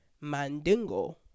Mandingo